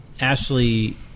Ashley